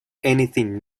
anything